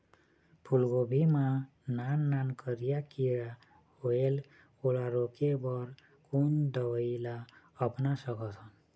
फूलगोभी मा नान नान करिया किरा होयेल ओला रोके बर कोन दवई ला अपना सकथन?